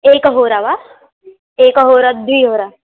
एकहोरा वा एकहोरा द्विहोरा